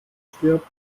stirbt